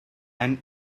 and